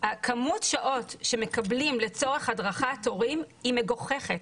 כמות השעות שמקבלים לצורך הדרכת הורים היא מגוחכת.